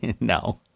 no